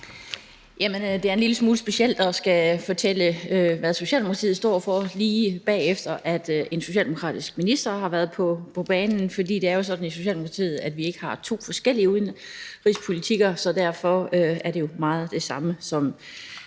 Det er en lille smule specielt at skulle fortælle, hvad Socialdemokratiet står for, lige efter at en socialdemokratisk minister har været på banen, fordi det jo er sådan i Socialdemokratiet, at vi ikke har to forskellige udenrigspolitikker. Så derfor bliver det, jeg vil sige, meget det samme som